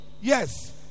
Yes